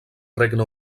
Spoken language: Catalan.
regne